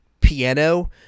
piano